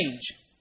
change